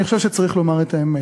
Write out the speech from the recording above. אני חושב שצריך לומר את האמת: